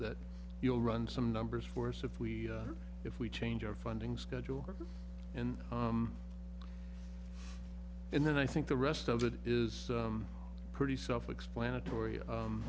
that you'll run some numbers for us if we if we change our funding schedule and and then i think the rest of it is pretty self explanatory